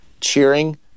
cheering